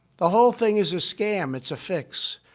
the whole thing is a scam. it's a fix.